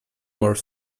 more